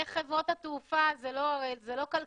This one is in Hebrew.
איך חברות התעופה זה לא כלכלי,